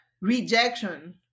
rejection